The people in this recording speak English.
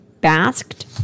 basked